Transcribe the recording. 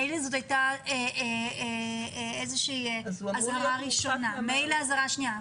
מילא זאת היתה אזהרה ראשונה או שנייה,